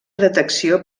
detecció